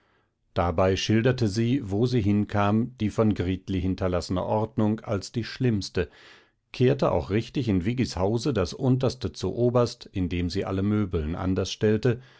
dabei schilderte sie wo sie hinkam die von gritli hinterlassene ordnung als die schlimmste kehrte auch richtig in viggis hause das unterste zuoberst indem sie alle möbeln anders stellte